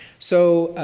so,